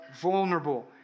vulnerable